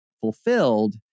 fulfilled